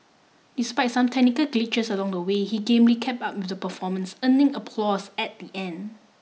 despite some technical glitches along the way he gamely kept up with the performance earning applause at the end